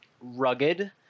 rugged